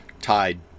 tied